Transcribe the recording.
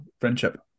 friendship